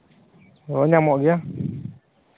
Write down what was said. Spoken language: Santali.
ᱧᱟᱢᱚᱜ ᱜᱮᱭᱟ